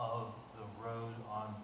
of the road on